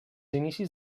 inicis